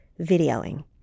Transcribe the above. videoing